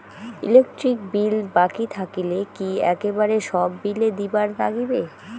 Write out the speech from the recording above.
Electric bill বাকি থাকিলে কি একেবারে সব বিলে দিবার নাগিবে?